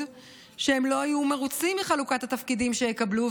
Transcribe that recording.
כשהם לא היו מרוצים מחלוקת התפקידים שיקבלו,